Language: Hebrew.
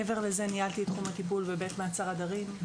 מעבר לזה ניהלתי את תחום הטיפול בבית מעצר הדרים.